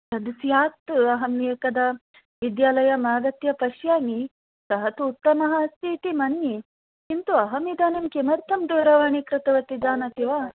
तत् स्यात् अहम् एकदा विद्यालयम् आगत्या पश्यामि सः तु उत्तमः अस्ति इति मन्ये किन्तु अहमिदानीं किमर्थं दूरवाणीं कृतवती इति जानाति वा